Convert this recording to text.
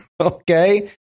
Okay